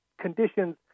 conditions